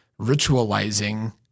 ritualizing